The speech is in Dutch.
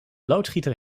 loodgieter